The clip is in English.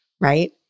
Right